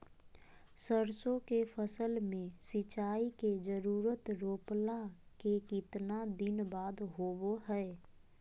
सरसों के फसल में सिंचाई के जरूरत रोपला के कितना दिन बाद होबो हय?